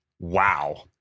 wow